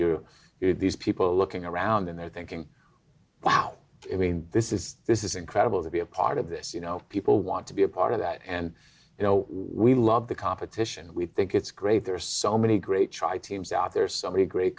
you're these people looking around and they're thinking wow i mean this is this is incredible to be a part of this you know people want to be a part of that and you know we love the competition we think it's great there are so many great try teams out there so many great